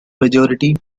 majority